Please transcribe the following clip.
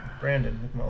Brandon